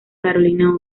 carolina